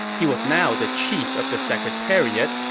he was now the chief of the secretariat,